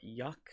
Yuck